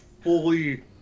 fully